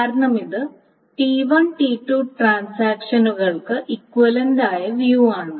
കാരണം ഇത് T1 T2 ട്രാൻസാക്ഷനുകൾക്ക് ഇക്വിവലൻറ്റായ വ്യൂ ആണ്